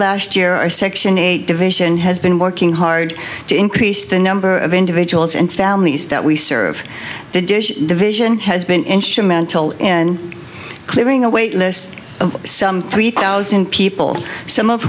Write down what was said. last year our section eight division has been working hard to increase the number of individuals and families that we serve the division has been instrumental in clearing away the list of some three thousand people some of